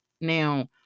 Now